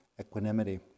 equanimity